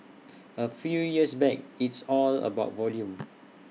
A few years back it's all about volume